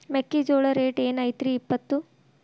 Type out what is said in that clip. ಮೆಕ್ಕಿಜೋಳ ರೇಟ್ ಏನ್ ಐತ್ರೇ ಇಪ್ಪತ್ತು?